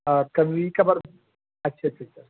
کر لی کور اچھے سے کر